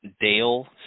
Dale